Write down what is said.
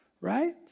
right